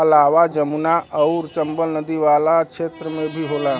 अलावा जमुना आउर चम्बल नदी वाला क्षेत्र में भी होला